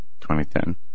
2010